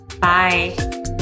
Bye